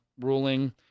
ruling